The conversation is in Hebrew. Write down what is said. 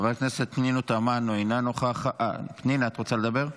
חברת הכנסת פנינה תמנו, פנינה את רוצה לדבר?